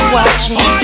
watching